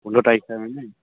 পোন্ধৰ তাৰিখে হয়নে